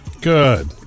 Good